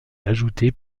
ajoutée